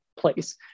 place